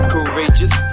Courageous